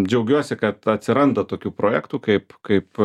džiaugiuosi kad atsiranda tokių projektų kaip kaip